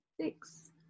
six